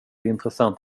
intressant